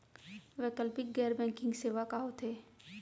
वैकल्पिक गैर बैंकिंग सेवा का होथे?